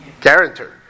Guarantor